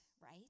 right